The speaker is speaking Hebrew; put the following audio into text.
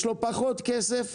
יש לו פחות כסף